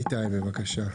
איתי, בבקשה.